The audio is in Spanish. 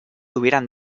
hubieran